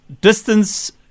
distance